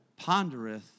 pondereth